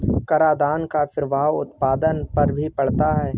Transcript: करादान का प्रभाव उत्पादन पर भी पड़ता है